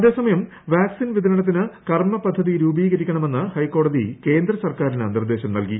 അതേ സമയം വാക്സിൻ വിതരണത്തിന് കർമ്മ പദ്ധതി രൂപീകരിക്കണമെന്ന് ഹൈക്കോടതി കേന്ദ്ര സർക്കാരിന് നിർദ്ദേശം നൽകി